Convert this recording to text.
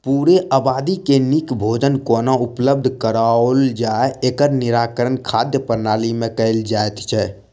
पूरे आबादी के नीक भोजन कोना उपलब्ध कराओल जाय, एकर निराकरण खाद्य प्रणाली मे कयल जाइत छै